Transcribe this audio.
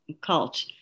cult